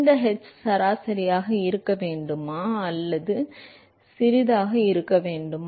இந்த h சராசரியாக இருக்க வேண்டுமா அல்லது உள்ளூர் இருக்க வேண்டுமா